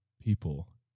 people